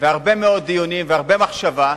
והרבה מאוד דיונים והרבה מחשבה,